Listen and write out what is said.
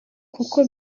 kuko